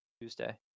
Tuesday